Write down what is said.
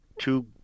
two